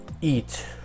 eat